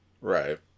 Right